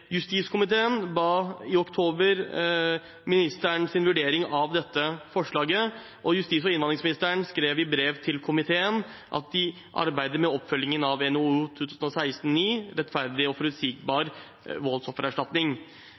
Justiskomiteen ba i oktober om ministerens vurdering av dette forslaget, og justis- og innvandringsministeren skrev i brev til komiteen at de arbeider med oppfølgingen av NOU 2016: 9, Rettferdig og forutsigbar